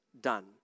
done